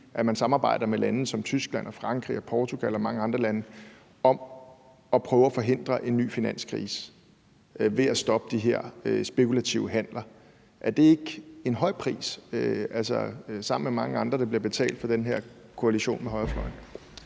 at man samarbejder med lande som Tyskland, Frankrig og Portugal og mange andre lande om at prøve at forhindre en ny finanskrise ved at stoppe de her spekulative handler. Er det ikke en høj pris sammen med mange andre, der bliver betalt, for den her koalition med højrefløjen?